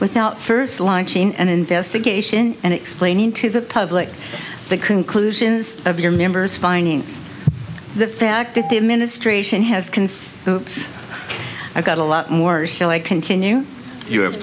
without first launching an investigation and explaining to the public the conclusions of your members findings the fact that the administration has concerns i've got a lot more still i continue you have